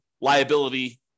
liability